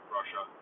Russia